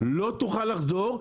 לא תוכל לחזור,